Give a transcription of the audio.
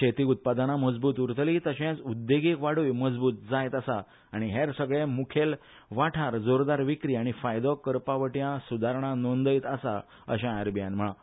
शेती उत्पादनां मजबूत उरतली तशेंच उद्देगीक वाडूय मजबूत जायत आसा आनी हेर सगले मुखेल वाठार जोरदार विक्री आनी फायदो करपा वटयां सुदारणां नोंदयत आसा अशेंय आरबीआयन म्हळां